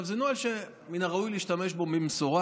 זה נוהל שמן הראוי להשתמש בו במשורה,